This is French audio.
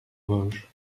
vosges